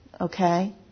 okay